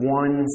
one